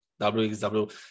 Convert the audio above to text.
WXW